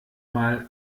mal